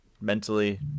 mentally